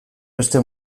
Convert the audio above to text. beste